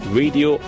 radio